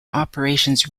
operations